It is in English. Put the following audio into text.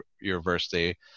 University